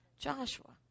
Joshua